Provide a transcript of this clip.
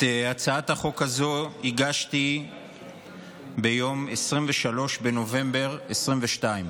את הצעת החוק הזו הגשתי ביום 23 בנובמבר 2022,